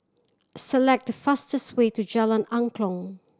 select the fastest way to Jalan Angklong